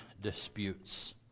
disputes